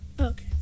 Okay